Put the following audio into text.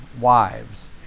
wives